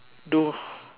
no